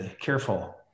careful